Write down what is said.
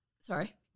Sorry